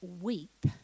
weep